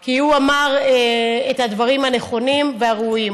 כי הוא אמר את הדברים הנכונים והראויים.